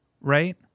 right